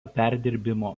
perdirbimo